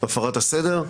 הפרת הסדר,